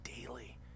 daily